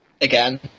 Again